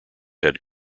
head